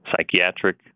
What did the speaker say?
psychiatric